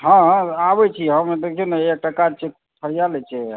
हॅं आबै छी हम हैया देखियौ ने एकटा काज छै फरिया लै छियै